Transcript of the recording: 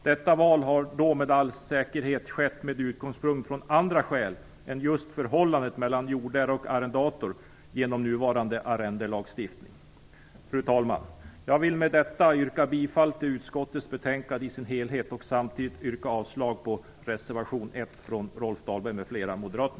Detta val har då med all säkerhet skett med utgångspunkt i andra skäl än just förhållandet mellan jordägare och arrendator genom nuvarande arrendelagstiftning. Fru talman! Jag vill med detta yrka bifall till utskottets hemställan i dess helhet och avslag på reservationen av Rolf Dahlberg m.fl. moderater.